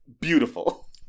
Beautiful